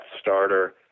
starter